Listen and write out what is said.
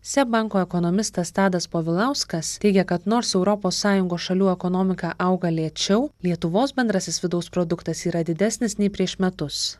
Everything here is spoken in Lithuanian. seb banko ekonomistas tadas povilauskas teigia kad nors europos sąjungos šalių ekonomika auga lėčiau lietuvos bendrasis vidaus produktas yra didesnis nei prieš metus